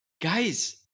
guys